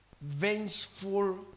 Vengeful